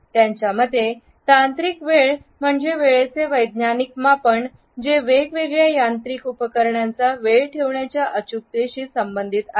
त्याच्या मते तांत्रिक वेळ म्हणजे वेळेचे वैज्ञानिक मापन जे वेगवेगळ्या यांत्रिकी उपकरणांचा वेळ ठेवण्याच्या अचूकतेशी संबंधित आहे